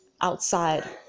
Outside